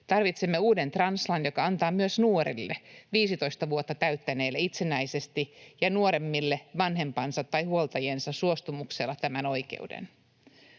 Tarvitsemme uuden translain, joka antaa tämän oikeuden myös nuorille, 15 vuotta täyttäneille itsenäisesti ja nuoremmille vanhempansa tai huoltajiensa suostumuksella. Muissa